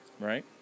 right